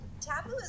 taboo